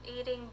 eating